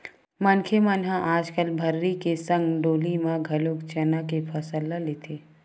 मनखे मन ह आजकल भर्री के संग डोली म घलोक चना के फसल ल लेथे